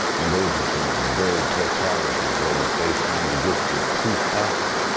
and those were some very tough challenges that we faced trying to get the truth out there.